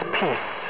peace